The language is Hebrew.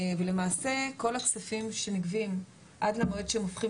ולמעשה כל הכספים שנגבים עד למועד שהם הופכים